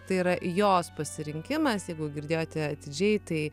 tai yra jos pasirinkimas jeigu girdėjote atidžiai tai